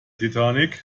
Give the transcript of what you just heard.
titanic